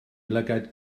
lygaid